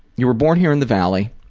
you were born here in the valley,